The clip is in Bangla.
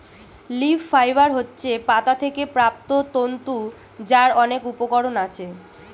লিফ ফাইবার হচ্ছে পাতা থেকে প্রাপ্ত তন্তু যার অনেক উপকরণ আছে